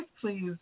please